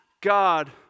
God